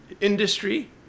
industry